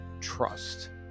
trust